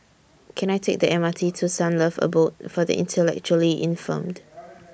Can I Take The M R T to Sunlove Abode For The Intellectually Infirmed